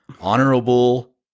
honorable